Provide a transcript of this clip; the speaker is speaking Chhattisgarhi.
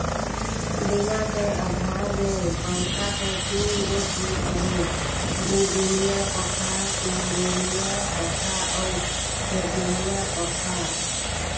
डेना कर अधार मे पंखा कर तीन गोट रूप अहे दुईडेनिया पखा, तीनडेनिया पखा अउ चरडेनिया पखा